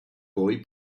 boy